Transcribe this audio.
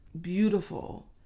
beautiful